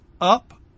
up